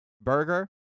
Burger